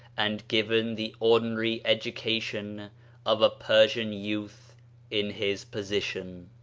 and given the ordinary edu cation of a persian youth in his position.